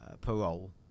parole